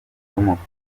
w’umupira